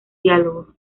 diálogo